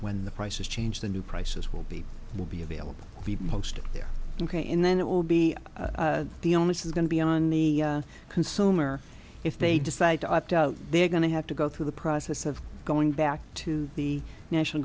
when the prices change the new prices will be will be available be posted there ok and then it will be the only this is going to be on the consumer if they decide to opt out they're going to have to go through the process of going back to the national